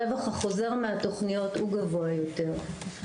הרווח החוזר מהתוכניות הוא גדול יותר.